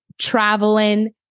traveling